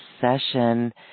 session